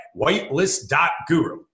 whitelist.guru